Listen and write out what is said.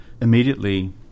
Immediately